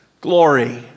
glory